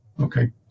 okay